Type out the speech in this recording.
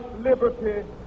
liberty